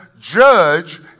judge